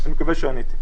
אני מקווה שעניתי.